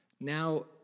Now